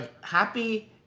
happy